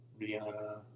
Rihanna